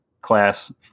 class